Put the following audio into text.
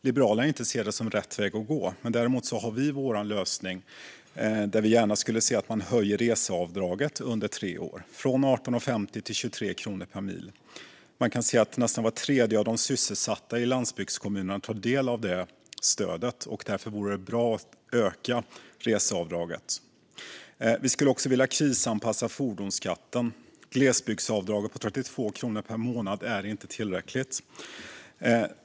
Liberalerna ser inte det som rätt väg att gå; däremot är vår lösning att vi gärna skulle se att man höjde reseavdraget under tre år, från 18,50 till 23 kronor per mil. Nästan var tredje av de sysselsatta i landsbygdskommunerna tar del av detta stöd, och därför vore det bra att öka reseavdraget. Vi skulle också vilja krisanpassa fordonsskatten. Glesbygdsavdraget på 32 kronor per månad är inte tillräckligt.